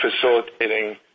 facilitating